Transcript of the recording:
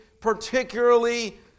particularly